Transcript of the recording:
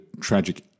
tragic